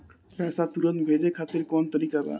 पैसे तुरंत भेजे खातिर कौन तरीका बा?